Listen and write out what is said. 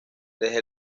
desde